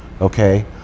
Okay